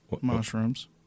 Mushrooms